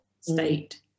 state